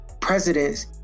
presidents